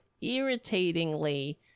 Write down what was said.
irritatingly